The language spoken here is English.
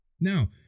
Now